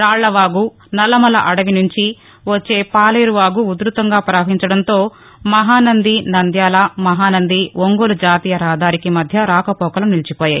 రాళ్ళవాగు నల్లమల్ల అడవి నుంచి వచ్చే పాలేరు వాగు ఉధృతంగా ప్రవహించడంతో మహానంది నంద్యాల మహానంది ఒంగోలు జాతీయ రహదారికి మధ్య రాకపోకలు నిలిచిపోయాయి